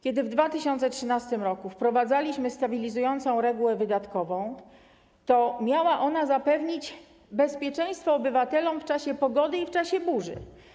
Kiedy w 2013 r. wprowadzaliśmy stabilizującą regułę wydatkową, to miała ona zapewnić bezpieczeństwo obywatelom w czasie pogody i w czasie burzy.